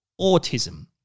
autism